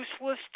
useless